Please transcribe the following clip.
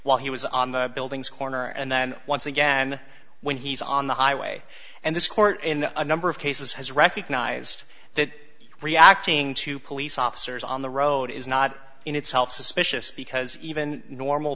while he was on the building's corner and then once again when he's on the highway and this court in a number of cases has recognized that reacting to police officers on the road is not in itself suspicious because even normal